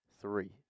three